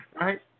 Right